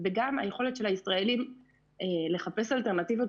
וגם היכולת של הישראלים לחפש אלטרנטיבות